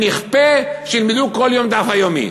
ונכפה שילמדו כל היום את הדף היומי,